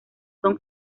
son